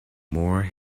more